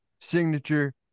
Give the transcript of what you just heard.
signature